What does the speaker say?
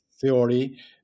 theory